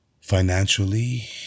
financially